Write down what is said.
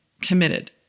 committed